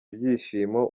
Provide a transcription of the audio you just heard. ibyishimo